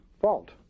fault